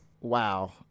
wow